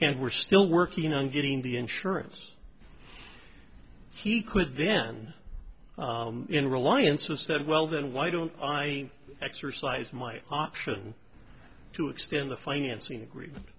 and we're still working on getting the insurance he could then in reliance of said well then why don't i exercise my option to extend the financing agreement